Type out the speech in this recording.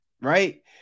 right